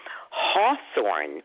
Hawthorne